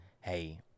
Hey